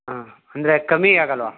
ಹಾಂ ಅಂದರೆ ಕಮ್ಮಿ ಆಗಲ್ಲವಾ